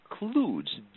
includes